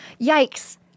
Yikes